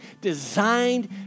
designed